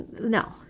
No